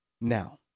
Now